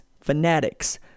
fanatics